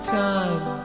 time